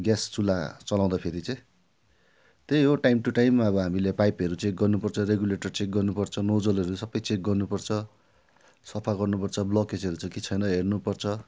gas चुला चलाउँदा फेरि चाहिँ त्यही हो टाइम टु टाइम अब हामीले पाइपहरू चेक गर्नु पर्छ रेगुलेटर चेक गर्नुपर्छ नोजलहरू सबै चेक गर्नु पर्छ सफा गर्नु पर्छ ब्लकेजहरू छ कि छैन हेर्नु पर्छ